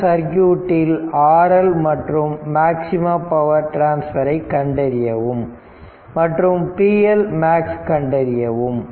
இந்த சர்க்யூட்டில் RL மற்றும் மேக்ஸிமம் பவர் டிரான்ஸ்பரை கண்டறியவும் மற்றும் pLmax கண்டறியவும்